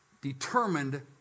determined